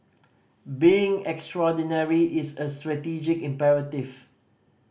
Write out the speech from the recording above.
being extraordinary is a strategic imperative